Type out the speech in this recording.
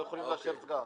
לא יכולים לאשר סגן.